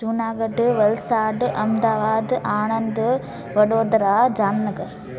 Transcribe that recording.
Junagadh Valsad Ahmedabad Anand Vadodara Jamnagar